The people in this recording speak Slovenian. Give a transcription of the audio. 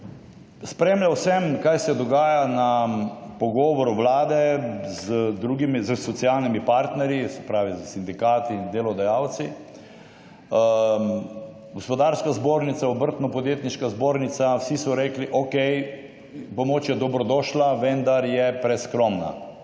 Spremljal sem, kaj se dogaja na pogovoru vlade s socialnimi partnerji, se pravi s sindikati in delodajalci. Gospodarska zbornica, obrtno-podjetniška zbornica, vsi so rekli »Okej, pomoč je dobrodošla, vendar je preskromna«.